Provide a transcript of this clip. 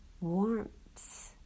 warmth